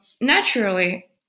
naturally